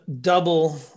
double